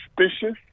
suspicious